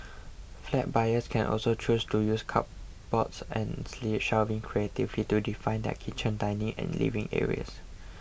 flat buyers can also choose to use cupboards and shelving creatively to define their kitchen dining and living areas